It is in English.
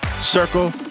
Circle